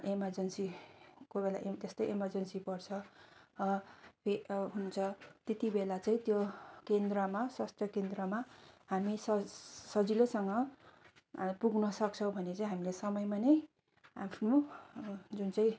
emergency कोही बेला त्यस्तै इमरजेन्सी पर्छ हुन्छ त्यतिबेला चाहिँ त्यो केन्द्रमा स्वास्थ्य केन्द्रमा हामी सजिलोसँग पुग्न सक्छौँ भने चाहिँ हामीलाई समयमा नै आफ्नो जुन चाहिँ